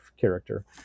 character